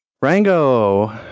Rango